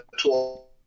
tool